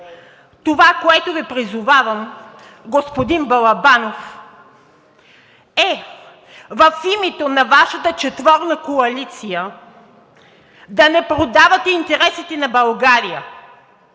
Това, към което Ви призовавам, господин Балабанов, е в името на Вашата четворна коалиция да не продавате интересите на България,